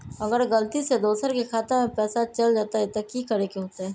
अगर गलती से दोसर के खाता में पैसा चल जताय त की करे के होतय?